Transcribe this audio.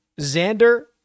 Xander